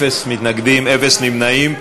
אפס מתנגדים, אפס נמנעים.